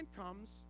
comes